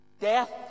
Death